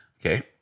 Okay